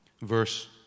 verse